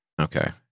Okay